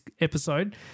episode